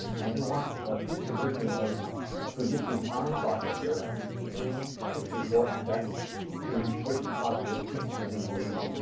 and he wants ah future versions of fujitsu's arm processor i think it's the a six four f x to switch to posit arithmetic. he's a big believer.